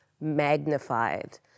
magnified